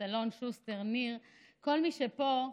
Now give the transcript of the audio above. אלון שוסטר, ניר, כל מי שפה,